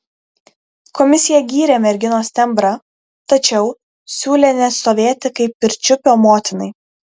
komisija gyrė merginos tembrą tačiau siūlė nestovėti kaip pirčiupio motinai